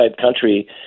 country